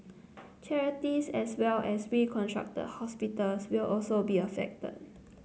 charities as well as restructured hospitals will also be affected